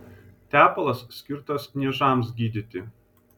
tepalas skirtas niežams gydyti